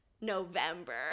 November